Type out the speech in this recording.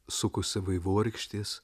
sukosi vaivorykštės